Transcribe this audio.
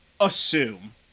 assume